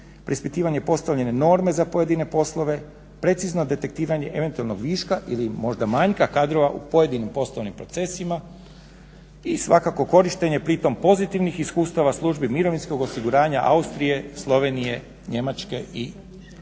preispitivanje postavljene norme za pojedine poslove, precizno detektiranje eventualnog viška ili možda manjka kadrova u pojedinim poslovnim procesima i svakako korištenje pritom pozitivnih iskustava službi mirovinskog osiguranja Austrije, Slovenije, Njemačke i zemalja